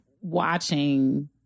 watching